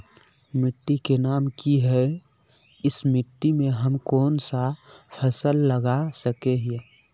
मिट्टी के नाम की है इस मिट्टी में हम कोन सा फसल लगा सके हिय?